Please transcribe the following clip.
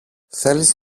θέλεις